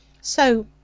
So